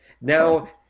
now